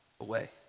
away